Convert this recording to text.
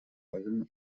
allem